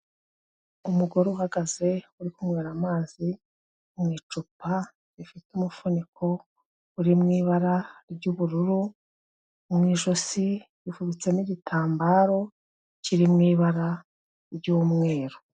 Umugore uhagaze, uri kunywera amazi mu icupa rifite umufuniko uri mu ibara ry'ubururu, mu ijosi yifubitsemo igitambaro kiri mu ibara ry'umweru.